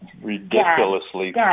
ridiculously